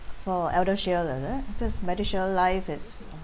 for ElderShield is it cause MediShield Life is